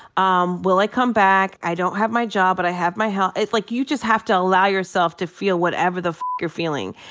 um will i come back? i don't have my job, but i have my hea it like, you just have to allow yourself to feel whatever the you're feeling.